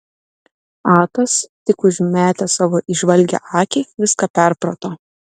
atas tik užmetęs savo įžvalgią akį viską perprato